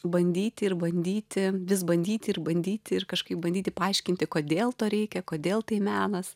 bandyti ir bandyti vis bandyti ir bandyti ir kažkaip bandyti paaiškinti kodėl to reikia kodėl tai menas